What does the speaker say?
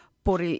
por